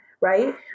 right